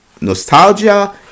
Nostalgia